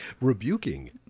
Rebuking